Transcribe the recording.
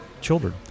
children